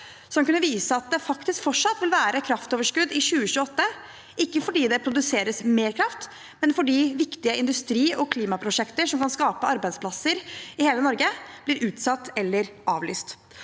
som kunne vise at det faktisk fortsatt vil være et kraftoverskudd i 2028, ikke fordi det produseres mer kraft, men fordi viktige industri- og klimaprosjekter som kan skape arbeidsplasser i hele Norge, blir utsatt eller avlyst.